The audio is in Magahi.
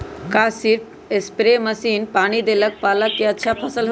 का सिर्फ सप्रे मशीन से पानी देके पालक के अच्छा फसल होई?